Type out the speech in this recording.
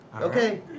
Okay